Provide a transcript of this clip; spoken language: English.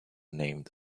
named